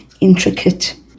intricate